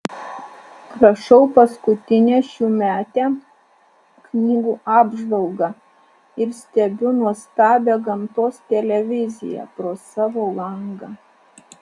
rašau paskutinę šiųmetę knygų apžvalgą ir stebiu nuostabią gamtos televiziją pro savo langą